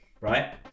right